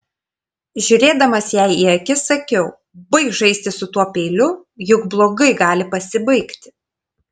žiūrėdamas jai į akis sakiau baik žaisti su tuo peiliu juk blogai gali pasibaigti